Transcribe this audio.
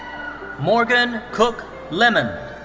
morgen cook lemond.